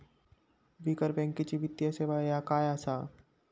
बिगर बँकेची वित्तीय सेवा ह्या काय असा?